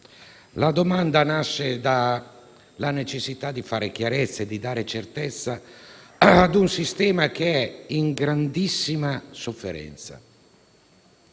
La domanda nasce dalla necessità di fare chiarezza e di dare certezza ad un sistema che è in grandissima sofferenza.